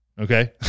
okay